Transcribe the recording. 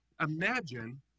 Imagine